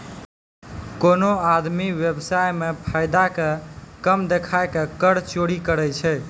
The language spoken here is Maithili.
कोनो आदमी व्य्वसाय मे फायदा के कम देखाय के कर चोरी करै छै